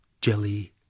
Jelly